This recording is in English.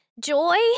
Joy